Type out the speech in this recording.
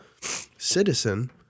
Citizen